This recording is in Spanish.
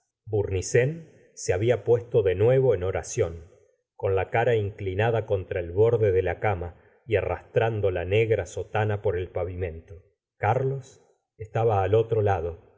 plaza bournisien se babia puesto de nuevo en oración con la cara inclinada contra el borde de la cama y arrastrando la negra sotana por el pavimento carlos estaba al otro lado